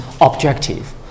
objective